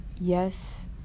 yes